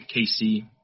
KC